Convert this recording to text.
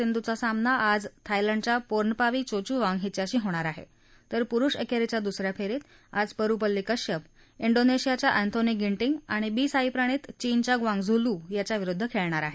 सिंधूचा सामना आज थायलंडच्या पोर्नपावी चोचूवॉन्ग हिच्याशी होणार आहे तर पुरुष एकेरीच्या दुसऱ्या फेरीत आज परुपल्ली कश्यप डोनेशियाच्या अँथोनी गिंटिंग आणि बी साई प्रणित चीनच्या ग्वांग्झू लू याच्याविरुद्ध खेळणार आहे